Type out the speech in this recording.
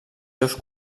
seus